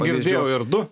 girdėjau ir du